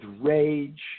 rage